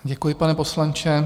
Děkuji, pane poslanče.